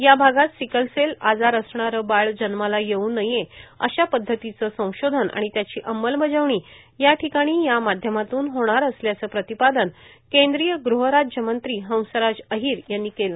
या भागात सिकलसेल आजार असणारे बाळ जन्माला येऊ नये अशा पद्वतीचे संशोधन आणि त्याची अंमलबजावणी या ठिकाणी या माध्यमातून होणार असल्याच प्रतिपादन केंद्रीय गृहराज्यमंत्री हंसराज अहिर यांनी केले